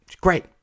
Great